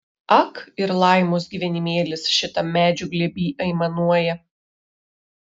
ak ir laimos gyvenimėlis šitam medžių glėby aimanuoja